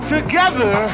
Together